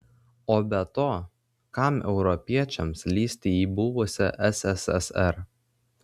o be to kam europiečiams lįsti į buvusią sssr